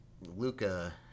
Luca